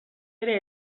ere